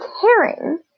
caring